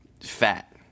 fat